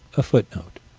a footnote